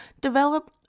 develop